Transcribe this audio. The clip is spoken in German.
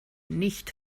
nicht